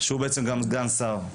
שהוא גם סגן שר.